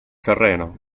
terreno